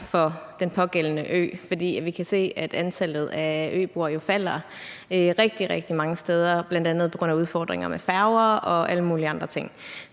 for den pågældende ø. Vi kan se, at antallet af øboere jo falder rigtig, rigtig mange steder, bl.a. på grund af udfordringer med færger og alle mulige andre ting,